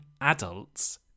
adults